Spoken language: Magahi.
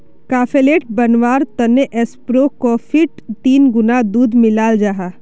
काफेलेट बनवार तने ऐस्प्रो कोफ्फीत तीन गुणा दूध मिलाल जाहा